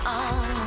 on